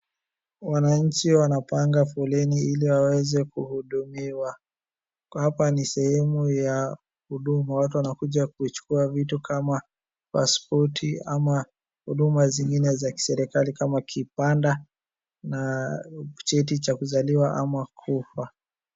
Wananchi wanapanga foleni ili waweze kuhudumiwa. kwa hapa ni sehemu ya huduma watu wanakuja kuchukua vitu kama pasipoti ama huduma zingine za kiserikalai kama kipade na cheti cha kuzaliwa ama kufa.